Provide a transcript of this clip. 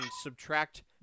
subtract